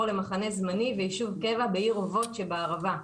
למחנה זמני ויישוב קבע בעיר אובות שבערבה.